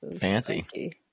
fancy